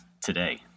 today